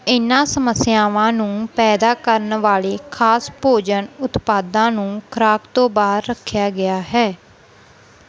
ਇਹਨਾਂ ਸਮੱਸਿਆਵਾਂ ਨੂੰ ਪੈਦਾ ਕਰਨ ਵਾਲੇ ਖਾਸ ਭੋਜਨ ਉਤਪਾਦਾਂ ਨੂੰ ਖੁਰਾਕ ਤੋਂ ਬਾਹਰ ਰੱਖਿਆ ਗਿਆ ਹੈ